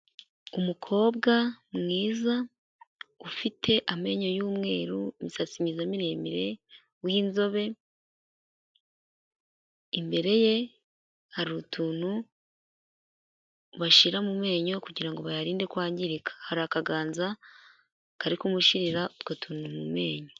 Umukobwa mwiza ufite amenyo y'umweru imisatsi myiza miremire w'inzobe, imbere ye hari utuntu bashyira mu menyo kugira ngo bayarinde kwangirika, hari akaganza kari kumushyirira utwo tuntu mu menyo.